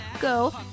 go